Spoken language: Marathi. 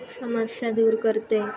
समस्या दूर करते